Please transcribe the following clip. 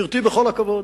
גברתי, בכל הכבוד,